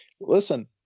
listen